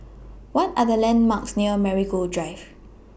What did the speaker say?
What Are The landmarks near Marigold Drive